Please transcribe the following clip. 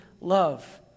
love